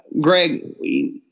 Greg